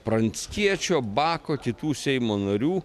pranckiečio bako kitų seimo narių